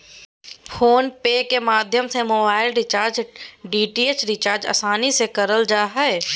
phone पे के माध्यम से मोबाइल रिचार्ज, डी.टी.एच रिचार्ज आसानी से करल जा हय